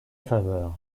faveur